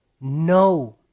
No